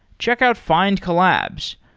check out findcollabs.